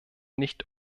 nicht